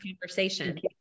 conversation